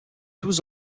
tous